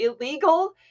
illegal